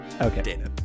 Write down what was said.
Okay